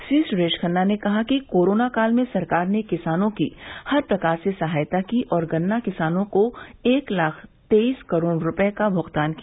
श्री सुरेश खन्ना ने कहा कि कोरोना काल में सरकार ने किसानों की हर प्रकार से सहायता की और गन्ना किसानों को एक लाख तेईस करोड़ रूपये का भूगतान किया